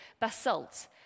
basalt